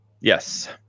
yes